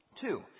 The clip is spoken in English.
Two